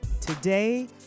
Today